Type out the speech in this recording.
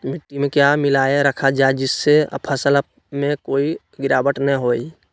मिट्टी में क्या मिलाया रखा जाए जिससे फसल में कोई गिरावट नहीं होई?